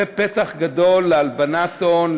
זה פתח גדול להלבנת הון,